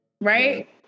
Right